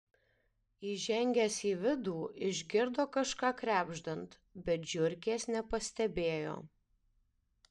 įžengęs į vidų išgirdo kažką krebždant bet žiurkės nepastebėjo